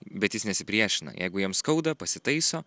bet jis nesipriešina jeigu jam skauda pasitaiso